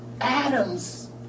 Adam's